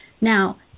Now